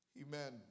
Amen